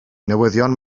newyddion